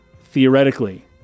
theoretically